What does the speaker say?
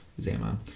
Zama